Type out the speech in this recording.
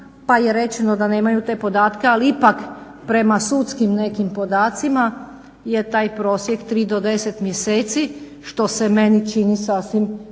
pa je rečeno da nemaju te podatke ali ipak prema sudskim nekim podacima je taj prosjek 3 do 10 mjeseci, što se meni čini sasvim